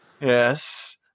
yes